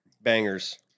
Bangers